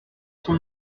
son